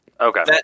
Okay